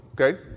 okay